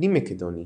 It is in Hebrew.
הפנים-מקדוני